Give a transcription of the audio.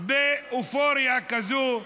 באופוריה כזאת,